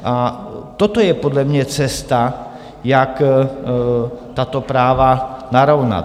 A toto je podle mě cesta, jak tato práva narovnat.